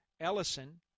Ellison